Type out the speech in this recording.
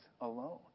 alone